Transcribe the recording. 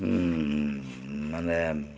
ᱢᱟᱱᱮ